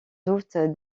doute